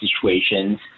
situations